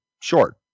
short